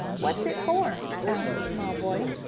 what's it for? asked the small boy.